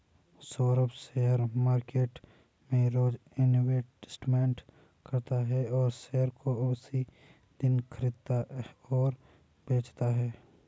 Saurabh share market में रोज investment करता है और शेयर को उसी दिन खरीदता और बेचता है